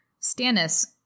Stannis